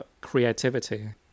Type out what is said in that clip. creativity